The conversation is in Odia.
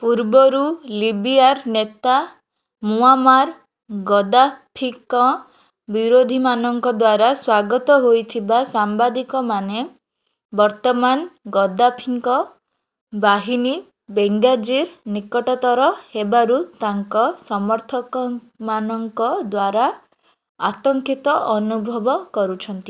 ପୂର୍ବରୁ ଲିବିୟାର ନେତା ମୁଆମ୍ମାର୍ ଗଦ୍ଦାଫିଙ୍କ ବିରୋଧୀମାନଙ୍କ ଦ୍ଵାରା ସ୍ୱାଗତ ହୋଇଥିବା ସାମ୍ବାଦିକମାନେ ବର୍ତ୍ତମାନ ଗଦ୍ଦାଫିଙ୍କ ବାହିନୀ ବେଙ୍ଗାଜିର ନିକଟତର ହେବାରୁ ତାଙ୍କ ସମର୍ଥକମାନଙ୍କ ଦ୍ୱାରା ଆତଙ୍କିତ ଅନୁଭବ କରୁଛନ୍ତି